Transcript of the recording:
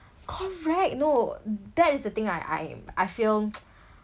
correct no that is the thing I I I feel